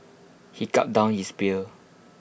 he gulped down his beer